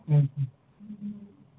ಹ್ಞೂ ಹ್ಞೂ